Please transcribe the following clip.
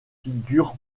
figures